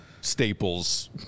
staples